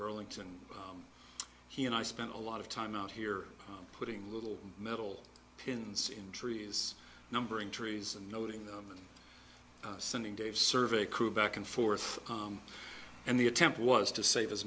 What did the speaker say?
burlington he and i spent a lot of time out here putting little metal pins in trees numbering trees and noting them and sending dave survey crew back and forth and the attempt was to save as